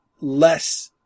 less